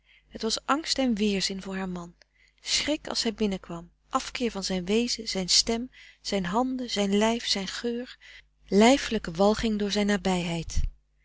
het was angst en weerzin voor haar man schrik als hij binnenkwam afkeer van frederik van eeden van de koele meren des doods zijn wezen zijn stem zijn handen zijn lijf zijn geur lijfelijke walging door zijn nabijheid